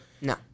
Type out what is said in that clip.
No